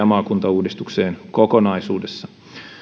maakuntauudistukseen kokonaisuudessaan